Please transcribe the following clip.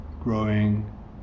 growing